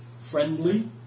friendly